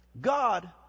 God